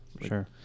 sure